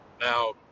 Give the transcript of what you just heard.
Now